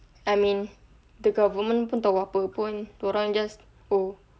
I mean the government pun tahu apa pun dia orang just oh